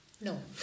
No